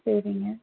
சரிங்க